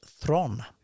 Thron